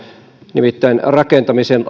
nimittäin rakentamisen